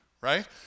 right